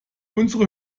unsere